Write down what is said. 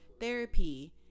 therapy